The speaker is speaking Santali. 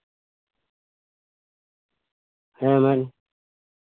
ᱦᱮᱸ ᱢᱮᱱᱢᱮ